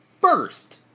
first